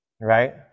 right